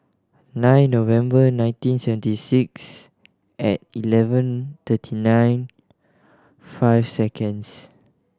nine November nineteen seventy six at eleven thirty nine five seconds